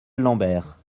lambert